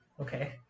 Okay